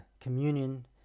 communion